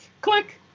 click